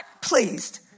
Pleased